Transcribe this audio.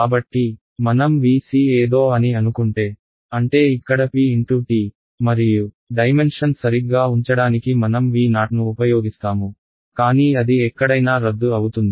కాబట్టి మనం VC ఏదో అని అనుకుంటే అంటే ఇక్కడ p × t మరియు డైమెన్షన్ సరిగ్గా ఉంచడానికి మనం V0ను ఉపయోగిస్తాము కానీ అది ఎక్కడైనా రద్దు అవుతుంది